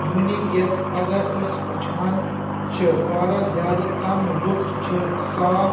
وُنکیٚس اگر أسۍ وُچھان چھ واریاہ زیادٕ کم لُکھ چھ صاف